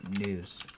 news